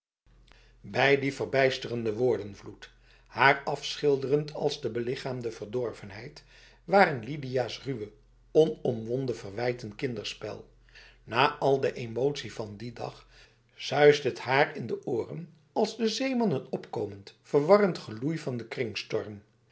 bij die verbijsterende woordenvloed haar afschilderend als de belichaamde verdorvenheid waren lidia's ruwe onomwonden verwijten kinderspel na al de emotie van die dag suisde het haar in de oren als de zeeman het opkomend verwarrend geloei van de